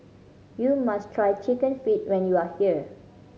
you must try Chicken Feet when you are here